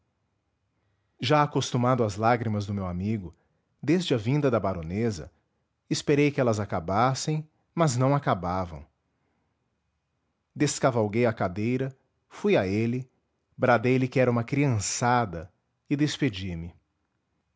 já acostumado às lágrimas do meu amigo desde a vinda da baronesa esperei que elas acabassem mas não acabavam descavalguei a cadeira fui a ele bradei lhe que era uma criançada e despedi-me